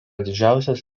didžiausias